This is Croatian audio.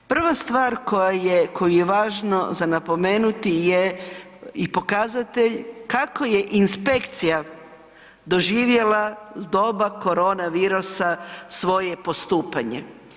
Prva stvar koju je važno za napomenuti je i pokazatelj kako je inspekcija doživjela u doba korona virusa svoje postupanje.